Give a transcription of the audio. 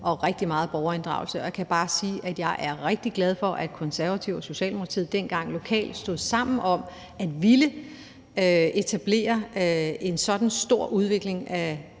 og rigtig meget borgerinddragelse, og jeg kan bare sige, at jeg er rigtig glad for, at Konservative og Socialdemokratiet dengang lokalt stod sammen om at ville etablere en sådan stor udvikling og